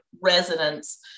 residents